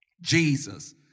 Jesus